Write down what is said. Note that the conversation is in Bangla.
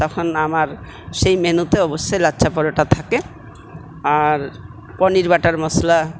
তখন আমার সেই মেনুতে অবশ্যই লাচ্চা পরোটা থাকে আর পনির বাটার মশলা